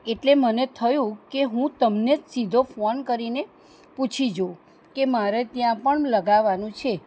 એટલે મને થયું કે હું તમને જ સીધો ફોન કરીને પૂછી જોઉ કે મારે ત્યાં પણ લગાવવાનું છે